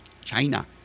China